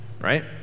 right